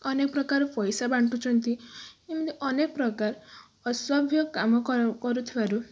ଅନେକ ପ୍ରକାର ପଇସା ବାଣ୍ଟୁଛନ୍ତି ଏମିତି ଅନେକ ପ୍ରକାର ଅସଭ୍ୟ କାମ କରୁଥିବାରୁ